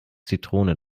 zitrone